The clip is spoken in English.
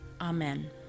Amen